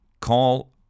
Call